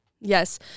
Yes